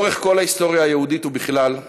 לאורך כל ההיסטוריה היהודית, ובכלל,